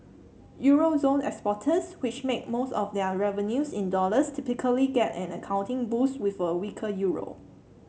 euro zone exporters which make most of their revenues in dollars typically get an accounting boost with a weaker euro